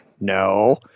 No